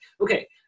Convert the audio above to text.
okay